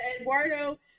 Eduardo